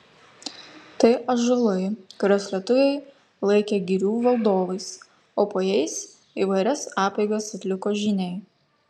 tai ąžuolai kuriuos lietuviai laikė girių valdovais o po jais įvairias apeigas atliko žyniai